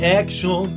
action